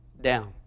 down